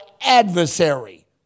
adversary